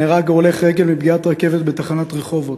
נהרג הולך רגל מפגיעת רכבת בתחנת רחובות,